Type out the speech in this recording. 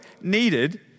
needed